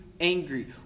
angry